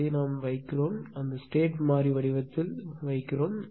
நான் அதை வைக்க வேண்டும் அதை ஸ்டேட் மாறி வடிவத்தில் வைக்க வேண்டும்